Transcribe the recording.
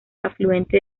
afluente